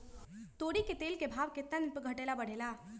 तोरी के तेल के भाव केतना दिन पर घटे ला बढ़े ला?